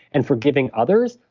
and forgiving others,